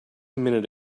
minute